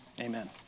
amen